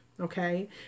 Okay